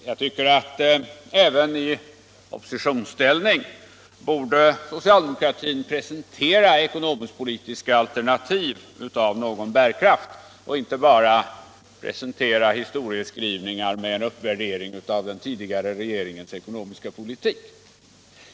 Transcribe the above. Jag tycker att även i oppositionsställning borde socialdemokratin presentera ekonomisk-politiska alternativ av någon bärkraft och inte bara presentera historieskrivningar med en uppvärdering av den tidigare regeringens ekonomiska politik.